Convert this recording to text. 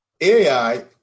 AI